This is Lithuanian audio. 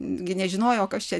gi nežinojo kas čia